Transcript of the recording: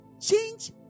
Change